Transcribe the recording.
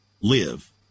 live